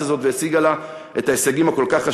הזאת והשיגה לה את ההישגים החשובים כל כך.